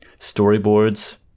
storyboards